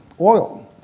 oil